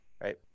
right